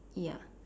ya